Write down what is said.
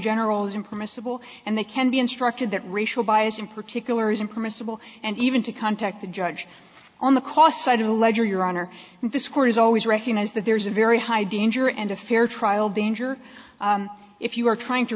general isn't permissible and they can be instructed that racial bias in particular isn't permissible and even to contact the judge on the cost side of the ledger your honor this court has always recognized that there's a very high danger and a fair trial danger if you are trying to